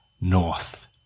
North